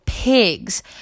pigs